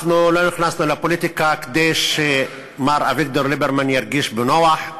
לא נכנסנו לפוליטיקה כדי שמר אביגדור ליברמן ירגיש בנוח.